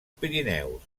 pirineus